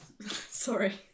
Sorry